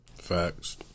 Facts